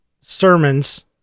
sermons